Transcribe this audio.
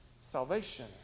salvation